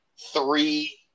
three